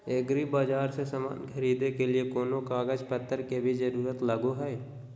एग्रीबाजार से समान खरीदे के लिए कोनो कागज पतर के भी जरूरत लगो है?